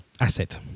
Asset